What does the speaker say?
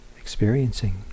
experiencing